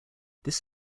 this